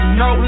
no